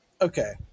Okay